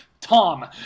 Tom